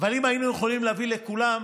אבל אם היינו יכולים להביא לכולם,